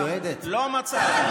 לא מצאתי.